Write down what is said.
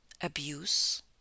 abuse